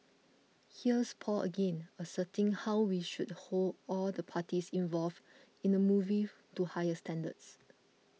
here's Paul again asserting how we should hold all the parties involved in the movie to higher standards